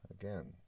again